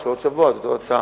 או בעוד שבוע את אותה הצעה.